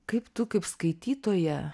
kaip tu kaip skaitytoja